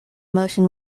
motion